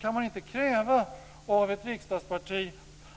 Kan man inte kräva av ett riksdagsparti